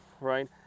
right